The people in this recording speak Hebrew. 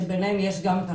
וביניהן יש את